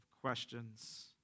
questions